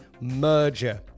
merger